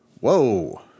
Whoa